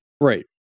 right